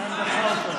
מה עמדתך אתה?